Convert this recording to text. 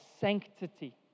sanctity